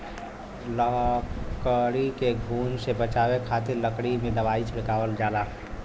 लकड़ी के घुन से बचावे खातिर लकड़ी पे दवाई छिड़कल जाला